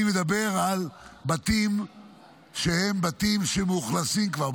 אני מדבר על בתים שהם בתים שמאוכלסים כבר,